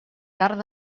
carn